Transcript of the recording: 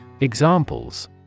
Examples